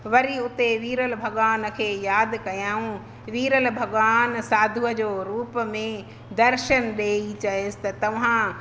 वरी उते वीरल भॻवान खे यादि कयूं वीरल भॻवानु साधुअ जे रूप में दर्शन ॾेई चयुसि त तव्हां